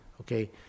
okay